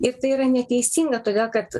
ir tai yra neteisinga todėl kad